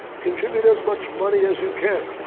contribute as much money as you can.